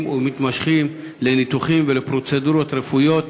ומתמשכים לניתוחים ולפרוצדורות רפואיות.